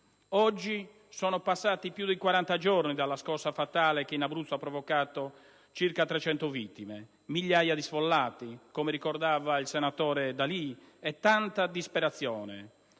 Sono passati più di 40 giorni dalla scossa fatale che in Abruzzo ha provocato circa 300 vittime, migliaia di sfollati, come ricordava il senatore D'Alì, e tanta disperazione;